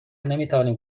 نمیتوانیم